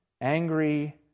angry